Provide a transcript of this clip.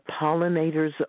pollinators